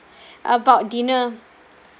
about dinner